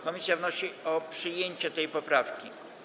Komisja wnosi o przyjęcie tej poprawki.